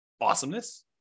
Awesomeness